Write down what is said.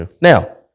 Now